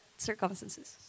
circumstances